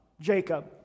Jacob